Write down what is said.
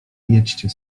jedzcie